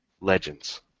legends